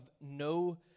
no